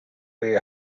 way